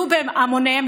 הנאצית על כל משמעויותיו,